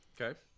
Okay